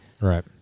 Right